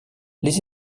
les